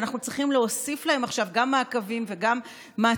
שאנחנו צריכים להוסיף להם עכשיו גם מעקבים וגם מעצרים?